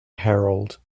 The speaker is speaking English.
herald